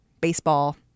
baseball